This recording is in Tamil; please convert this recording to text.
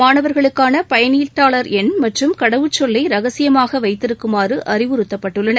மாணவர்களுக்கான பயனீட்டாளர் என் மற்றும் கடவுச் சொல்லை ரகசியமாக வைத்திருக்குமாறு அறிவுறுத்தப்பட்டுள்ளனர்